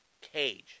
cage